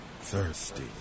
thirsty